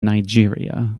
nigeria